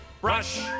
Brush